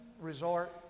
resort